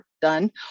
done